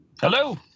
hello